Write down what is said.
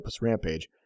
Rampage